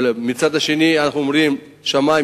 ומצד שני אנחנו אומרים: השמים,